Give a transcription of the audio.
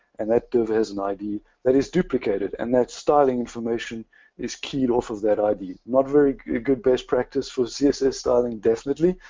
and that div has an id that is duplicated. and that styling information is keyed off of that id. not very good good base practice for the css styling definitely.